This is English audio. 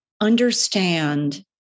understand